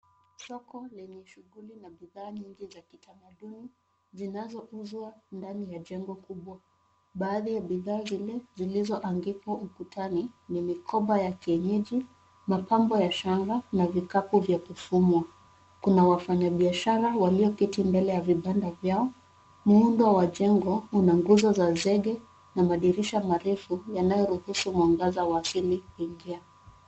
Soko lenye shughuli na bidhaa nyingi za kitamaduni zinazouzwa ndani ya jengo kubwa. Baadhi ya bidhaa zile zilizoanikwa ukutani ni mikoba ya kienyeji, mapambo ya shanga na vikapu vya kufunga. Kuna wafanyabiashara walioketi mbele ya vibanda vyao. Muundo wa jengo una nguzo za zege na madirisha marefu yanayoruhusu mwangaza wa asili kuingia.